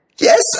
Yes